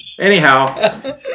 anyhow